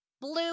Blue